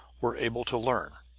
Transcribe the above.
were able to learn.